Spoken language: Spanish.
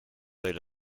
del